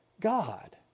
God